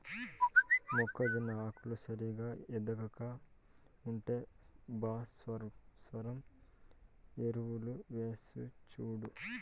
మొక్కజొన్న ఆకులు సరిగా ఎదగక ఉంటే భాస్వరం ఎరువులు వేసిచూడు